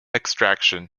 extraction